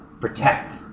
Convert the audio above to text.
protect